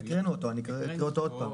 הקראנו אותו, אני אקריא אותו עוד פעם.